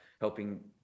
helping